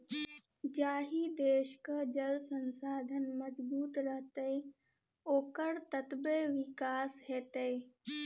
जाहि देशक जल संसाधन मजगूत रहतै ओकर ततबे विकास हेतै